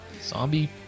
Zombie